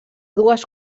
dues